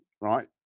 right